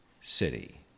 city